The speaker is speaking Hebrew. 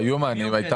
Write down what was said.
היו מענים.